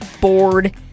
bored